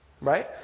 Right